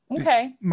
Okay